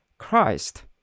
Christ